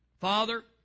Father